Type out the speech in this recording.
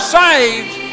saved